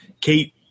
Kate